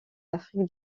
afrique